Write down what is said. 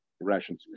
rations